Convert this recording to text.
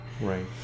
Right